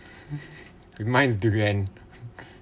mine's durian